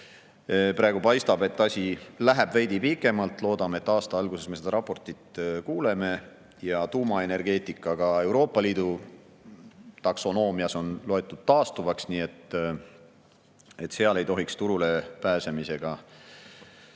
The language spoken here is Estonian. Praegu paistab, et läheb veidi pikemalt. Loodame, et aasta alguses me seda raportit kuuleme. Tuumaenergeetika on ka Euroopa Liidu taksonoomias loetud taastuvaks. Nii et selle puhul ei tohiks turule pääsemisega